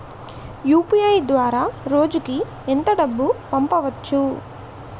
UPI ద్వారా రోజుకి ఎంత డబ్బు పంపవచ్చు?